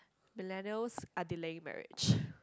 Millennials are delaying marriage